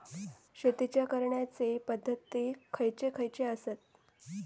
शेतीच्या करण्याचे पध्दती खैचे खैचे आसत?